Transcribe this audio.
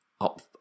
up